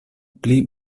pli